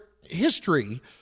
history